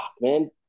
man